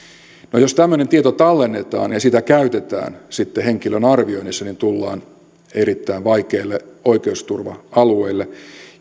no jos tämmöinen tieto tallennetaan ja sitä käytetään sitten henkilön arvioinnissa niin tullaan erittäin vaikealle oikeusturva alueelle